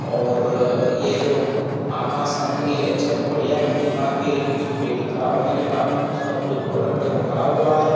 और ये जो आकास कंपनी है अच्छे बढ़िया नमकीन बनाती है लेकिन उसकी पेकिंग खराब होने के कारण उसका जो प्रोडक्ट है वो खराब हुआ है